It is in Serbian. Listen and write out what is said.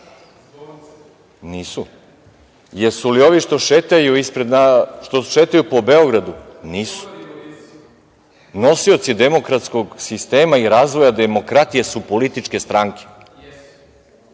Nisu. Jesu li ovi što šetaju po Beogradu? Nisu. Nosioci demokratskog sistema i razvoja demokratije su političke stranke.